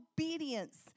obedience